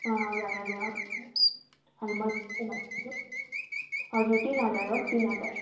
अँ हजुर हजुर हजुर तिन हजार हो तिन हजार